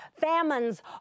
famines